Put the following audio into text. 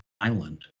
island